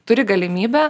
turi galimybę